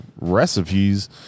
recipes